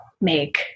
make